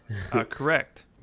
correct